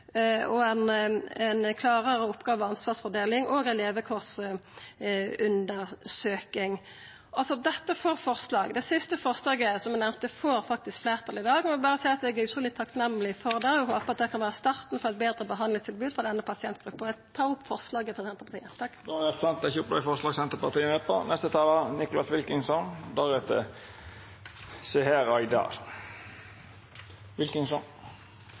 klarare oppgåve- og ansvarsfordeling og ei levekårsundersøking. Det siste forslaget eg nemnde, får faktisk fleirtal i dag, og eg må berre seia at eg er utruleg takksam for det og håper at det kan vera starten på eit betre behandlingstilbod for denne pasientgruppa. Eg tar opp forslaget frå Senterpartiet. Representanten Kjersti Toppe har teke opp det forslaget ho refererte til. Det er bra når både Senterpartiet og Arbeiderpartiet engasjerer seg og fremmer forslag